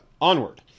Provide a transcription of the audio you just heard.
onward